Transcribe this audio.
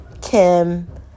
Kim